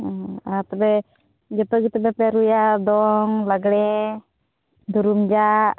ᱟᱨ ᱛᱚᱵᱮ ᱡᱚᱛᱚᱜᱮ ᱛᱚᱵᱮ ᱯᱮ ᱨᱩᱭᱟ ᱫᱚᱝ ᱞᱟᱸᱜᱽᱲᱮ ᱫᱩᱨᱩᱢ ᱡᱟᱜ